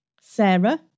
Sarah